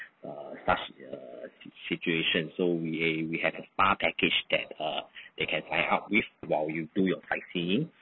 err such err situation so we we have spa package that uh they can sign up with while you do your sightseeing